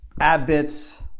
AdBits